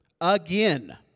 Again